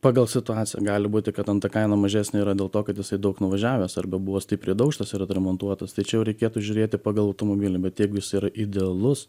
pagal situaciją gali būti kad ten ta kaina mažesnė yra dėl to kad jisai daug nuvažiavęs arba buvo stipriai daužtas ir atremontuotas tai čia jau reikėtų žiūrėti pagal automobilį bet jeigu jis yra idealus